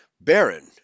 Baron